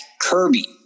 Kirby